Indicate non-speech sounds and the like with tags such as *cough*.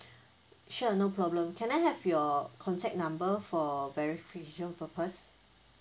*breath* sure no problem can I have your contact number for verification purpose